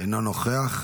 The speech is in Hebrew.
אינו נוכח.